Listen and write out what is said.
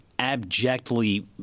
Abjectly